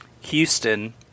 Houston